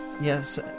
Yes